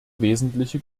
wesentliche